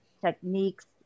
techniques